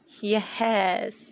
yes